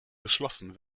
beschlossen